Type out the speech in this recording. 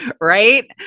Right